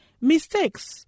mistakes